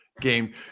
game